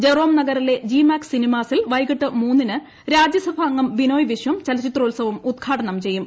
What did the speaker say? Jerome നഗറിലെ G Max സിനിമാസിൽ വൈകിട്ട് മൂന്നിന് രാജ്യസഭാംഗം ബിനോയ് വിശ്വം ചലച്ചിത്രോത്സവം ഉദ്ഘാടനം ചെയ്യും